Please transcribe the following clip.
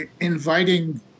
inviting